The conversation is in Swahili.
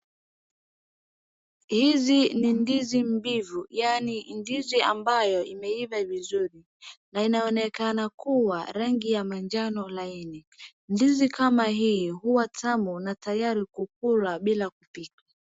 Hizi ni ndizi mbivu yaani ndizi ambayo imeiva vizuri, na inaonekana kuwa rangi ya manjano na laini. Ndizi kama hii huwa tamu na tayari kukulwa bila kupikwa.